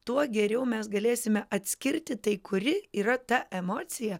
tuo geriau mes galėsime atskirti tai kuri yra ta emocija